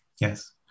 Yes